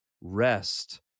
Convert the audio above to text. rest